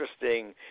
interesting